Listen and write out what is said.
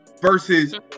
versus